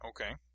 Okay